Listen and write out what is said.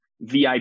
VIP